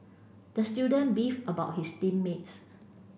the student beefed about his team mates